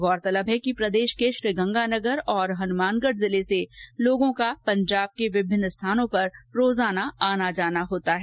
गौरतलब है कि प्रदेश के श्रीगंगानगर और हनुमानगढ जिले से लोगों का पंजाब के विभिन्न स्थानों पर रोजाना आना जाना होता है